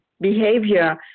behavior